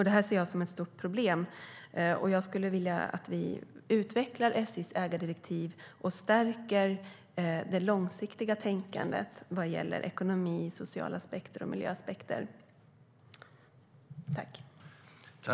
Det ser jag som ett stort problem. Jag skulle vilja att vi utvecklar SJ:s ägardirektiv och stärker det långsiktiga tänkandet vad gäller ekonomi, sociala aspekter och miljöaspekter.